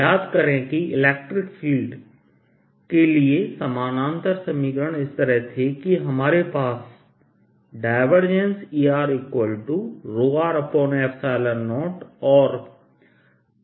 याद करें कि इलेक्ट्रिक फील्ड के लिए समानांतर समीकरण इस तरह थे कि हमारे पास Er0 और Er0 है